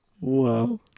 Wow